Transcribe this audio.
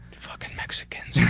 fucking mexicans.